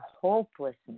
hopelessness